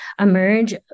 emerge